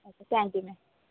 okay thank you ma'am